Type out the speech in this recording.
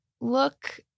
look